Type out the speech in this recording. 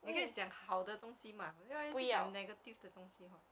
你可以讲好的东西 mah 你不要一直讲 negative 的东西 hor